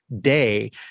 day